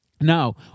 Now